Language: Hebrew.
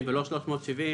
שקלים.